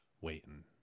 waiting